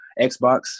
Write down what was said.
Xbox